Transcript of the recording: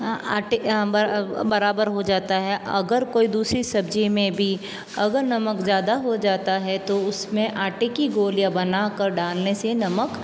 आटे बर बराबर हो जाता है अगर कोई दूसरी सब्ज़ी में भी अगर नमक ज़्यादा हो जाता है तो उस में आटे की गोलियाँ बना कर डालने से नमक